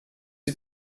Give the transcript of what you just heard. die